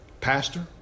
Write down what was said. Pastor